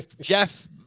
jeff